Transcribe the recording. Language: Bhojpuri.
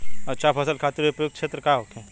अच्छा फसल खातिर उपयुक्त क्षेत्र का होखे?